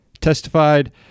testified